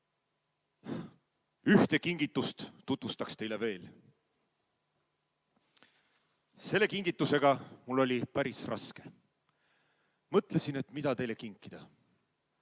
Ühte kingitust tutvustan teile veel. Selle kingitusega oli mul päris raske. Mõtlesin, et mida teile kinkida.